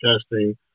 testing